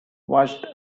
watched